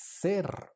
ser